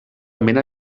mena